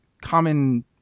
common